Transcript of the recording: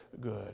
good